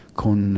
con